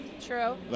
True